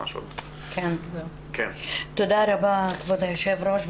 תודה רבה, כבוד היושב-ראש.